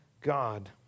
God